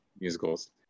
Musicals